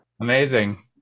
amazing